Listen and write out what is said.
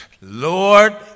Lord